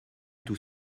tous